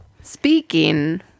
Speaking